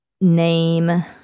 name